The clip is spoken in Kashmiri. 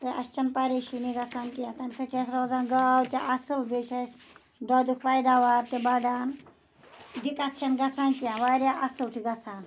تہٕ اَسہِ چھَنہٕ پریشٲنی گژھان کینٛہہ تَمہِ سۭتۍ چھِ اَسہِ روزان گاو تہِ اَصٕل بیٚیہِ چھِ اَسہِ دۄدُک پیداوار تہِ بَڑان دِقت چھَنہٕ گژھان کینٛہہ واریاہ اَصٕل چھُ گژھان